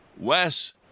Wes